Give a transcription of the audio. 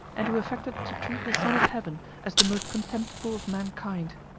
and who affected to treat the son of heaven as the most contemptible of mankind.